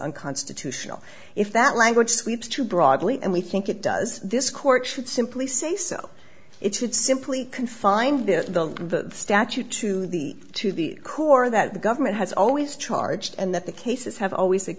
unconstitutional if that language sweeps too broadly and we think it does this court should simply say so it's simply confined this to the statute to the to the core that the government has always charged and that the cases have always